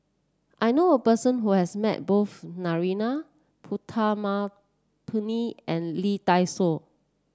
I know a person who has met both Narana Putumaippittan and Lee Dai Soh